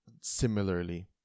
similarly